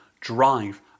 drive